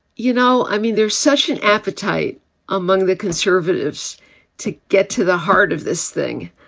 you know, i mean, there's such an appetite among the conservatives to get to the heart of this thing